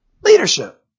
Leadership